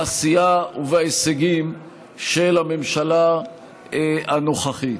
בעשייה ובהישגים של הממשלה הנוכחית.